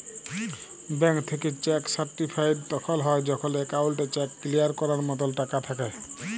bank থ্যাইকে cheque certified তখল হ্যয় যখল একাউল্টে চ্যাক কিলিয়ার ক্যরার মতল টাকা থ্যাকে